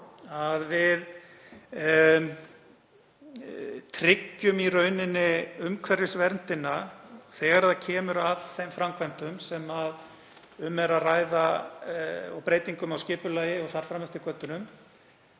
að við tryggjum umhverfisverndina þegar kemur að þeim framkvæmdum sem um er að ræða og breytingum á skipulagi og þar fram eftir götunum.